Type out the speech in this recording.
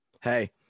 hey